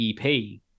EP